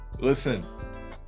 Listen